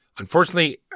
Unfortunately